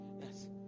Yes